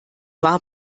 war